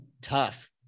tough